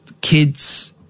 kids